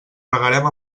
regarem